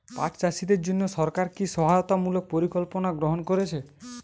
পাট চাষীদের জন্য সরকার কি কি সহায়তামূলক পরিকল্পনা গ্রহণ করেছে?